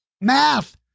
Math